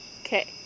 Okay